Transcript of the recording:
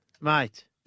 Mate